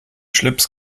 schlips